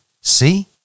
see